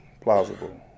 plausible